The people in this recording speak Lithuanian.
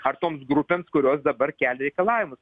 ar toms grupėms kurios dabar kelia reikalavimus